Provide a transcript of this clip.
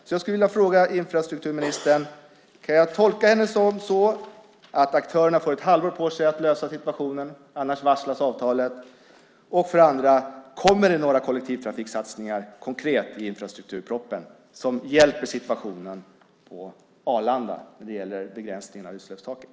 Jag skulle vilja fråga infrastrukturminister om jag kan tolka henne så att aktörerna får ett halvår på sig att lösa situationen, annars varslas avtalet. Kommer det några konkreta kollektivtrafiksatsningar i infrastrukturpropositionen som hjälper till att lösa situationen på Arlanda när det gäller begränsningen av utsläppstaket?